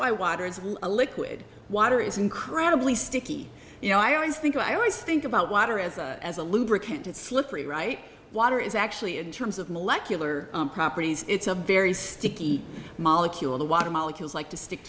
watters a liquid water is incredibly sticky you know i always think i always think about water as a as a lubricant it's slippery right water is actually in terms of molecular properties it's a very sticky molecule the water molecules like to stick